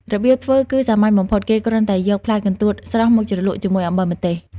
របៀបធ្វើគឺសាមញ្ញបំផុត គេគ្រាន់តែយកផ្លែកន្ទួតស្រស់មកជ្រលក់ជាមួយអំបិលម្ទេស។